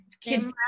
kid